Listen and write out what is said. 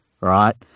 right